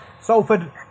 Salford